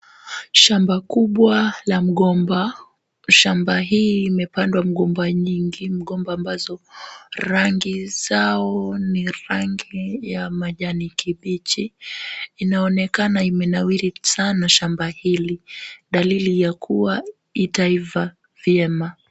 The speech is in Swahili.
Shamba kubwa la mgomba. Shamba hii imepandwa mgomba nyingi, mgomba ambazo rangi zao ni rangi ya majani kibichi. Inaonekana imenawiri sana shamba hili dalili ya kua itaiva vyema.